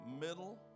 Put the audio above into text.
middle